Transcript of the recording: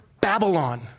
Babylon